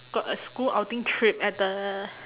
got a school outing trip at the